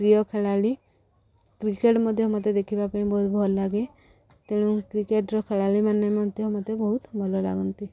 ପ୍ରିୟ ଖେଳାଳି କ୍ରିକେଟ୍ ମଧ୍ୟ ମୋତେ ଦେଖିବା ପାଇଁ ବହୁତ ଭଲ ଲାଗେ ତେଣୁ କ୍ରିକେଟ୍ର ଖେଳାଳିମାନେ ମଧ୍ୟ ମୋତେ ବହୁତ ଭଲ ଲାଗନ୍ତି